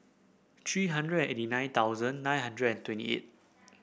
three hundred eighty nine thousand nine hundred and twenty eight